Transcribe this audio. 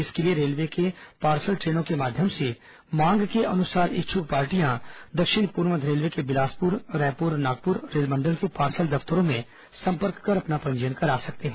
इसके लिए रेलवे के पार्सल द्रे नों के माध्यम से मांग के अनुरूप इच्छुक पार्टियां दक्षिण पूर्व मध्य रेलवे के बिलासपुर रायपुर और नागपुर रेल मंडल के पार्सल द पतरों में संपर्क कर अपना पंजीयन करा सकते हैं